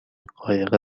قایق